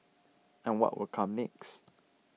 and what will come next